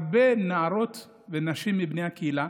הרבה נערות ונשים מהקהילה,